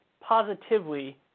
positively